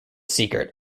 secret